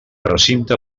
recinte